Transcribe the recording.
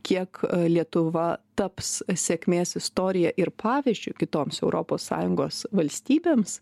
kiek lietuva taps sėkmės istorija ir pavyzdžiu kitoms europos sąjungos valstybėms